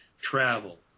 Travel